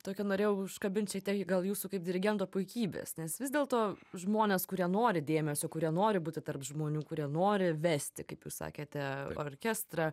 tokia norėjau užkabinti šiek tiek gal jūsų kaip dirigento puikybės nes vis dėlto žmonės kurie nori dėmesio kurie nori būti tarp žmonių kurie nori vesti kaip jūs sakėte orkestrą